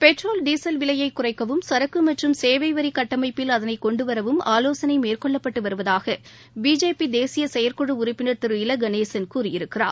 petrol diesel விலையை குறைக்கவும் சரக்கு மற்றும் சேவை வரி கட்டமைப்பில் அதனை கொண்டு வரவும் ஆலோசனை மேற்கொள்ளப்பட்டு வருவதாக பிஜேபி தேசிய செயற்குழு உறுப்பினா் திரு இல கணேசன் கூறியிருக்கிறார்